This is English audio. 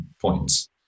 points